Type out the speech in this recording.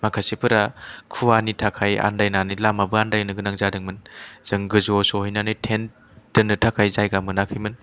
माखासेफोरा खुवानि थाखाय आनदायनानै लामाबो आनदायनो गोनां जादोंमोन जों गोजौआव सौहैनानै टेन्ट दोननो थाखाय जायगा मोनाखैमोन